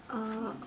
uh